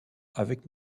avec